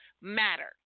matter